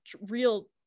real